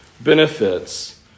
benefits